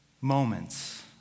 moments